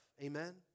Amen